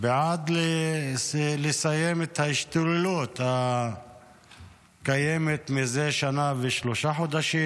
ועד לסיים את ההשתוללות הקיימת מזה שנה ושלושה חודשים.